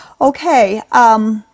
Okay